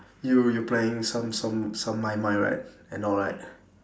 you you playing some some some my mind right and all right